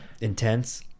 Intense